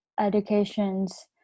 educations